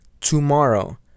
tomorrow